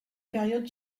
période